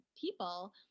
people